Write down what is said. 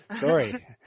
Sorry